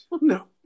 no